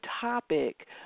topic